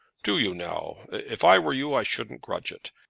do you know, if i were you, i shouldn't grudge it.